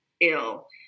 ill